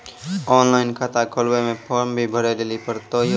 Online खाता खोलवे मे फोर्म भी भरे लेली पड़त यो?